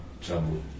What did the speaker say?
trouble